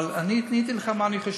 אבל עניתי לך מה אני חושב.